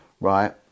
right